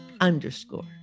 underscore